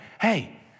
hey